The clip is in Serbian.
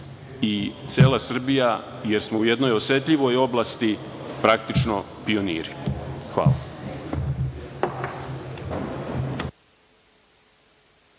i cela Srbija jer smo u jednoj osetljivoj oblasti praktično pioniri. Hvala.